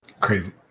Crazy